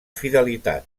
fidelitat